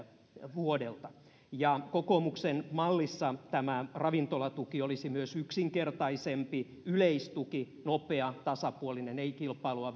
vuodelta ja kokoomuksen mallissa tämä ravintolatuki olisi myös yksinkertaisempi yleistuki nopea tasapuolinen ei kilpailua